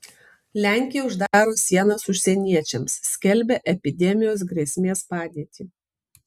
lenkija uždaro sienas užsieniečiams skelbia epidemijos grėsmės padėtį